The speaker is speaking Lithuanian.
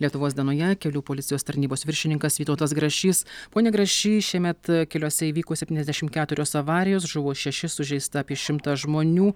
lietuvos dienoje kelių policijos tarnybos viršininkas vytautas grašys ponia grašy šiemet keliuose įvyko septyniasdešim keturios avarijos žuvo šeši sužeista apie šimtą žmonių